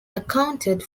accounted